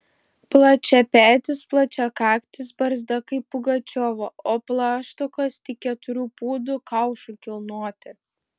plačiapetis plačiakaktis barzda kaip pugačiovo o plaštakos tik keturių pūdų kaušui kilnoti